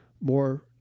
more